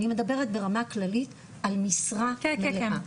אני מדברת ברמה כללית על משרה מלאה,